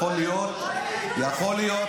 --- אני אומר לך שהייתי,